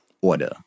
order